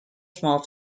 small